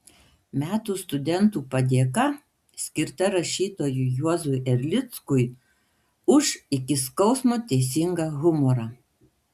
metų studentų padėka skirta rašytojui juozui erlickui už iki skausmo teisingą humorą